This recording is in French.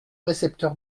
récepteur